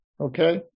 Okay